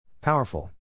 Powerful